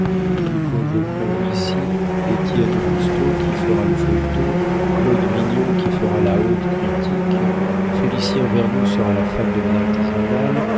nous convoquerons ici étienne lousteau qui fera le feuilleton claude vignon qui fera la haute critique félicien vernou sera la femme de ménage du journal